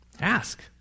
Ask